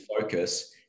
focus